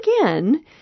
again